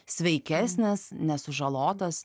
sveikesnės nesužalotas